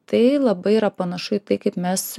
tai labai yra panašu į tai kaip mes